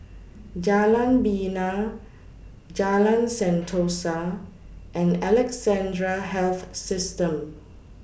Jalan Bena Jalan Sentosa and Alexandra Health System